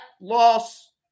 loss